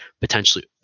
potentially